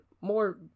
more